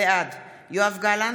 בעד יואב גלנט,